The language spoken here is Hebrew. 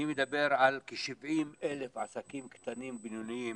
אני מדבר על כ-70,000 עסקים קטנים ובינוניים